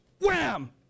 wham